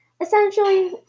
Essentially